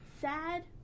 sad